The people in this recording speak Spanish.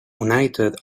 united